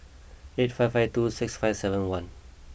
eight five five two six five seven one